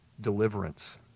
deliverance